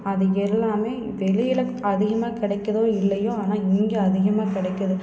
அது எல்லாமே வெளியில் அதிகமாக கிடைக்குதோ இல்லையோ ஆனால் இங்கே அதிகமாக கிடைக்குது